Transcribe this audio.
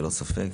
ללא ספק.